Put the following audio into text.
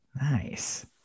nice